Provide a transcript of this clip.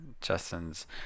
Justin's